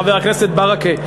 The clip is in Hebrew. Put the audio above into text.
חבר הכנסת ברכה,